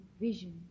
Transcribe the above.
vision